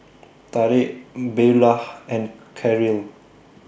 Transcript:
Tarik Beulah and Karyl